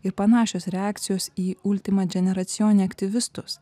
ir panašios reakcijos į ultimadženeracijone aktyvistus